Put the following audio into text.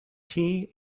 tea